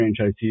franchisees